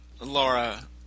Laura